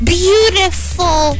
beautiful